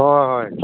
ꯍꯣꯏ ꯍꯣꯏ